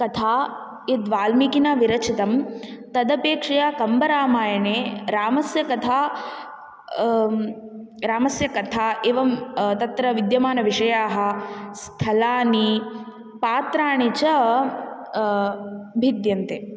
तथा यद् वाल्मीकिना विरचितं तदपेक्षया कम्बरामायणे रामस्य कथा रामस्य कथा एवं तत्र विद्यमानविषयाः स्थलानि पात्राणि च भिद्यन्ते